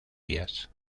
días